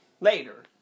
later